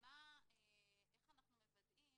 איך אנחנו מוודאים